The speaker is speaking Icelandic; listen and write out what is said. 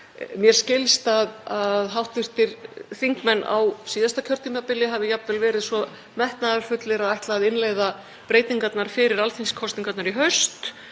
Mér skilst að hv. þingmenn á síðasta kjörtímabili hafi jafnvel verið svo metnaðarfullir að ætla að innleiða breytingarnar fyrir alþingiskosningarnar í haust.